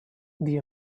the